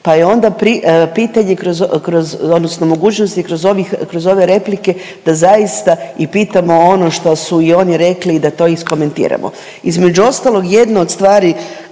pa je onda pitanje kroz, kroz odnosno mogućnosti kroz ovih, kroz ove replike da zaista i pitamo ono što su i oni rekli i da to iskomentiramo. Između ostalog jedno od stvari